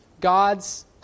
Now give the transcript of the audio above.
God's